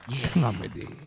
Comedy